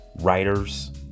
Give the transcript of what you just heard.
writers